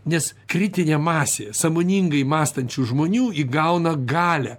nes kritinė masė sąmoningai mąstančių žmonių įgauna galią